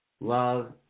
love